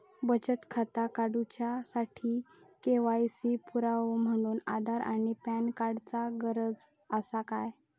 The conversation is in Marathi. बचत खाता काडुच्या साठी के.वाय.सी पुरावो म्हणून आधार आणि पॅन कार्ड चा गरज आसा काय?